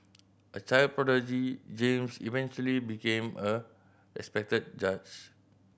a child prodigy James eventually became a respected judge